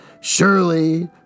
Surely